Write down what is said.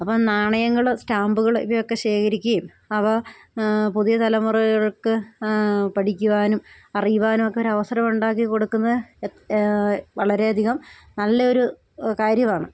അപ്പം നാണയങ്ങൾ സ്റ്റാമ്പുകൾ ഇവയൊക്കെ ശേഖരിക്കുകയും അവ പുതിയ തലമുറകൾക്ക് പഠിക്കുവാനും അറിയുവാനും ഒക്കെ ഒരവസരം ഉണ്ടാക്കി കൊടുക്കുന്നത് എത് വളരെയധികം നല്ലൊരു കാര്യമാണ്